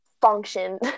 function